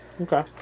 okay